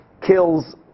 kills